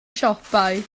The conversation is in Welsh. siopau